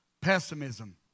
Pessimism